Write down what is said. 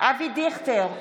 אבי דיכטר,